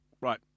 Right